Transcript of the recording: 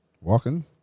Walking